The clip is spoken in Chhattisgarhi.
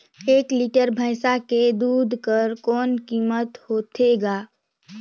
एक लीटर भैंसा के दूध कर कौन कीमत होथे ग?